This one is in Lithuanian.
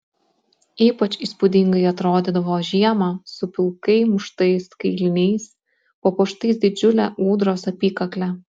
ypač įspūdingai atrodydavo žiemą su pilkai muštais kailiniais papuoštais didžiule ūdros apykakle